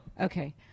Okay